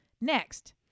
Next